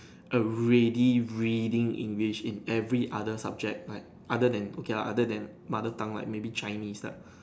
a ready reading English in every other subject right other than okay lah other than mother tongue like maybe Chinese lah